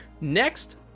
next